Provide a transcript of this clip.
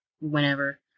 whenever